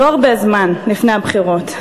לא הרבה זמן לפני הבחירות.